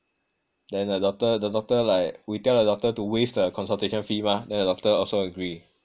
then the doctor the doctor like we tell the doctor to waive the consultation fee mah then the doctor also agree